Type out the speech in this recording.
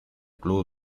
club